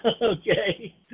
Okay